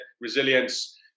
resilience